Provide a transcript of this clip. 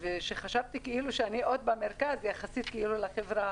חשבתי שאני עוד במרכז יחסית לחברה